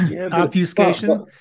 obfuscation